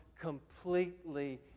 completely